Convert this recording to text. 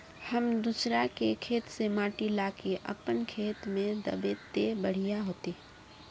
हम दूसरा के खेत से माटी ला के अपन खेत में दबे ते बढ़िया होते?